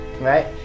Right